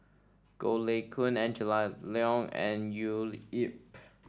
Goh Lay Kuan Angela Liong and Leo Yip